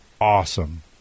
Awesome